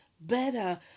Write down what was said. better